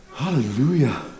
Hallelujah